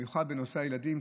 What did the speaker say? במיוחד בנושא הילדים,